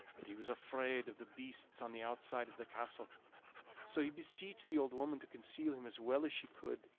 but he was afraid of the beasts on the outside of the castle so he beseeched the old woman to conceal him as well as she could,